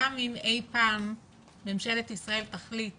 גם אם אי פעם ממשלת ישראל תחליט